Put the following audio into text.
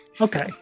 Okay